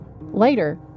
Later